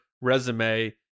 resume